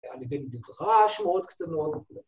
‫אני די מבין אותך, שמורת קצת מורת, ‫אבל...